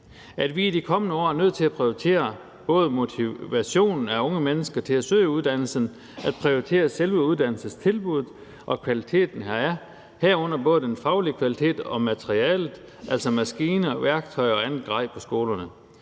at vi i de kommende år er nødt til at prioritere både motivationen af unge mennesker til at søge uddannelsen og at prioritere selve uddannelsestilbuddet og kvaliteten heraf, herunder både den faglige kvalitet og materialet, altså maskiner, værktøj og andet grej på skolerne.